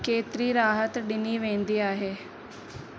केतिरी राहत ॾिनी वेंदी आहे